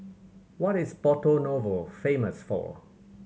what is Porto Novo famous for